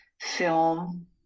film